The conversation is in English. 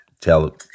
tell